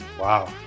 Wow